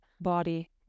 body